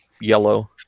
yellow